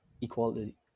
equality